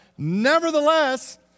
Nevertheless